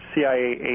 CIA